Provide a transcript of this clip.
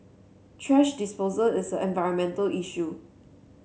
thrash disposal is an environmental issue